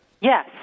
Yes